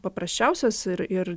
paprasčiausias ir ir